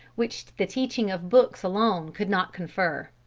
which the teachings of books alone could not confer.